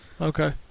Okay